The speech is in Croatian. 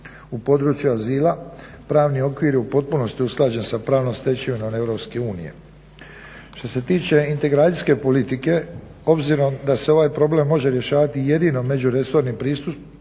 U području azila pravni okvir je u potpunosti usklađen sa pravnom stečevinom EU. Što se tiče integracijske politike obzirom da se ovaj problem može rješavati jedino međuresornim pristupom